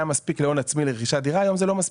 מספיק להון עצמי לרכישת דירה היום זה לא מספיק.